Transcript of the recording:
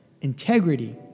integrity